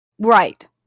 Right